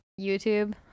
youtube